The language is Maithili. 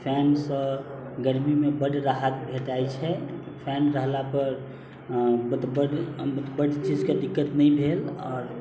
फैनसँ गरमीमे बड्ड राहत भेटै छै फैन रहलापर बड़ चीजके दिक्कत नहि भेल आओर